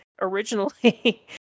originally